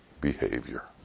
behavior